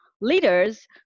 leaders